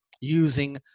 using